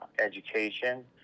education